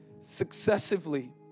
successively